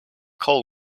call